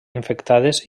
infectades